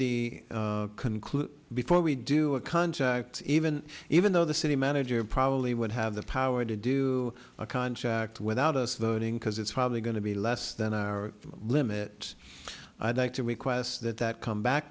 before the conclude before we do a contract even even though the city manager probably would have the power to do a contract without us voting because it's probably going to be less than our limit i'd like to request that that come back